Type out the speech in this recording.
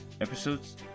episodes